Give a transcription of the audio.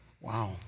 Wow